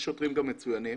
יש שוטרים גם מצוינים,